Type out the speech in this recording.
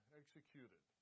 executed